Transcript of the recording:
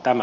ravi